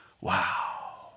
Wow